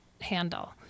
handle